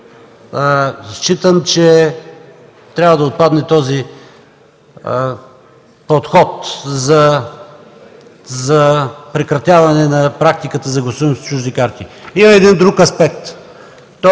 Считам, че трябва да отпадне този подход при прекратяване на практиката за гласуване с чужди карти. Има и един друг аспект.